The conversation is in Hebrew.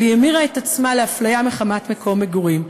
אבל היא המירה את עצמה לאפליה מחמת מקום מגורים.